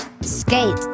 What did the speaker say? skate